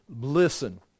listen